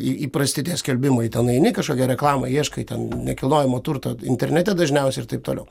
į įprasti skelbimai ten eini kažkokia reklama ieškai ten nekilnojamo turto internete dažniausiai ir taip toliau